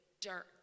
dirt